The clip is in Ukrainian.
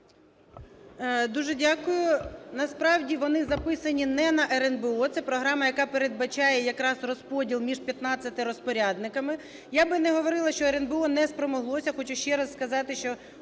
Дуже дякую. Насправді, вони записані не на РНБО, це програма, яка передбачає якраз розподіл між 15 розпорядниками. Я б не говорила, що РНБО не спромоглося, я хочу ще раз сказати, що